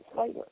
later